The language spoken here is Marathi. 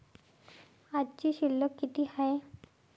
आजची शिल्लक किती हाय?